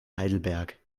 heidelberg